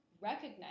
recognize